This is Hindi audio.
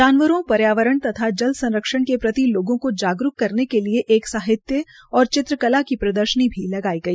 जानवरों पर्यावरण तथा जल संरक्षण के प्रकति लोगों के जागरूक करने के लिये एक साहित्य और चित्रकला की प्रदर्शनी भी लगाई गई